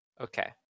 okay